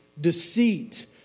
deceit